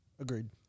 Agreed